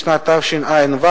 לשנת תשע"ו,